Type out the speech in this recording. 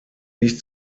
nicht